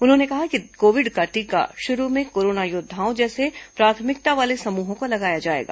उन्होंने कहा कि कोविड का टीका शुरू में कोरोना योद्वाओं जैसे प्राथमिकता वाले समूहों को लगाया जाएगा